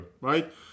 right